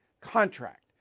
contract